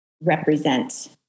represent